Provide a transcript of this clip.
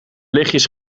lichtjes